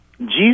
jesus